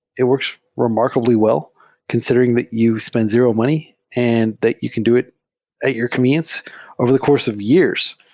it works remarkably wel l considering that you spend zero money and that you can do it at your convenience over the course of years.